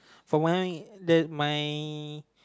for my the my